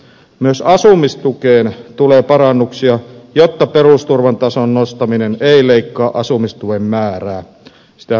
myös asumistukeen tulee parannuksia jotta perusturvan tason nostaminen ei leikkaa asumistuen määrää sitä nostoa vastaavasti